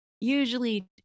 usually